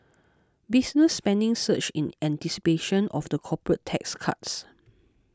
business spending surged in anticipation of the corporate tax cuts